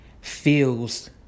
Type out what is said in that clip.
feels